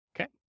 okay